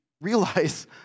realize